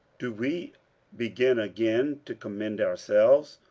do we begin again to commend ourselves?